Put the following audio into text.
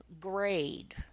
grade